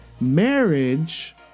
marriage